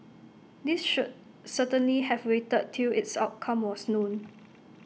these should certainly have waited till its outcome was known